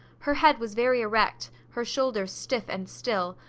her head was very erect, her shoulders stiff and still,